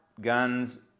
guns